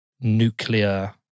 nuclear